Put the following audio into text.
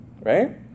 Right